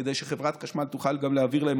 כדי שחברת החשמל תוכל גם להעביר להם